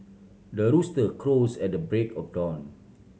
the rooster crows at the break of dawn